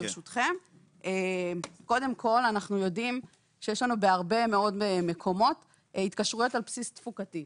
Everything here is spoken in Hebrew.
אנחנו יודעים שיש לנו בהרבה מאוד מקומות התקשרויות על בסיס תפוקתי.